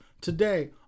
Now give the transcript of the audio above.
Today